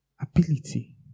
ability